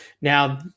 Now